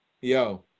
Yo